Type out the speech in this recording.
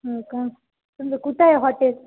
हं का तुमचं कुठं आहे हॉटेल